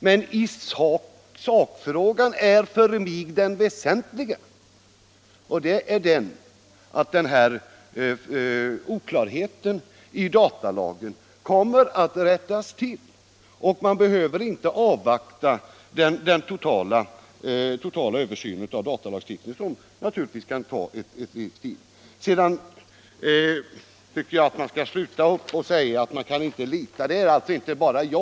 Men sakfrågan är för mig det väsentliga, och den är att oklarheten i datalagen skall tas bort och att vi inte behöver avvakta den totala översynen på datalagstiftningens område. Det kan naturligtvis ta en viss tid, varför vi redan till hösten bör göra en ändring i datalagen. ' Jag vill sedan säga att jag tycker att man skall sluta med att säga att man inte kan lita på uttalandena när det gäller översynen av denna lagstiftning.